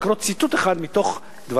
לקרוא ציטוט אחד מדבריו